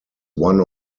one